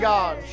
God